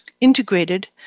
integrated